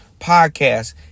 podcast